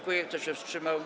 Kto się wstrzymał?